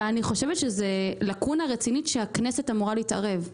אני חושבת שזאת לקונה רצינית והכנסת אמורה להתערב בה.